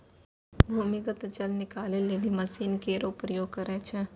भूमीगत जल निकाले लेलि मसीन केरो प्रयोग करै छै